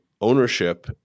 ownership